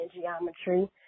geometry